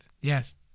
Yes